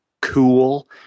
cool